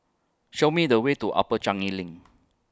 Show Me The Way to Upper Changi LINK